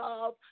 love